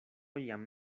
jam